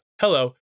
hello